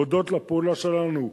הודות לפעולה שלנו,